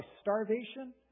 starvation